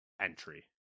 entry